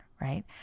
Right